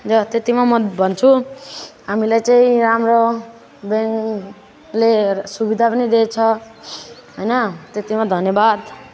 ज त्यतिमै म भन्छु हामीलाई चाहिँ राम्रो ब्याङ्कले सुविधा पनि दिएको छ होइन त्यतिमा धन्यवाद